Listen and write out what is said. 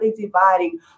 dividing